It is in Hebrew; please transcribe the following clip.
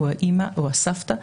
האם או הסבתא,